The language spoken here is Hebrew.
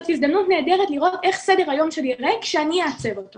הזדמנות נהדרת לראות איך סדר היום שלי יהיה כשאני אעצב אותו